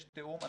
יש תיאום.